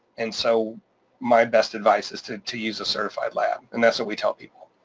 and so my best advice is to to use a certified lab, and that's what we tell people.